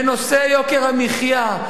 בנושא יוקר המחיה,